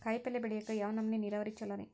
ಕಾಯಿಪಲ್ಯ ಬೆಳಿಯಾಕ ಯಾವ ನಮೂನಿ ನೇರಾವರಿ ಛಲೋ ರಿ?